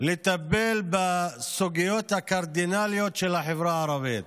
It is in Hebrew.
לטפל בסוגיות הקרדינליות של החברה הערבית.